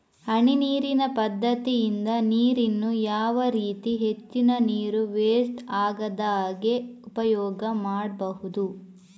ಹನಿ ನೀರಿನ ಪದ್ಧತಿಯಿಂದ ನೀರಿನ್ನು ಯಾವ ರೀತಿ ಹೆಚ್ಚಿನ ನೀರು ವೆಸ್ಟ್ ಆಗದಾಗೆ ಉಪಯೋಗ ಮಾಡ್ಬಹುದು?